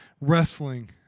wrestling